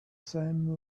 same